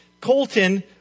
Colton